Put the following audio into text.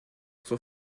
son